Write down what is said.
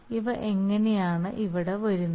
ഇവ എങ്ങനെയാണ് ഇവിടെ വരുന്നത്